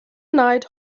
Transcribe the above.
night